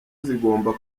zigomba